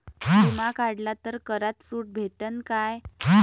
बिमा काढला तर करात सूट भेटन काय?